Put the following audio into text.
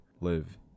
live